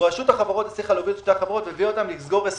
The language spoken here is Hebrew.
רשות החברות הצליחה להוביל את שתי החברות והביאה אותם לסגור הסכם.